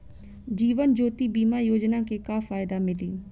जीवन ज्योति बीमा योजना के का फायदा मिली?